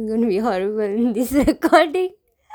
is going to be horrible in this recording